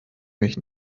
mich